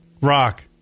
Rock